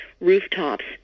rooftops